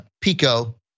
pico